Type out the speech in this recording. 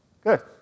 Good